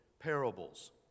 parables